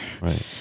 Right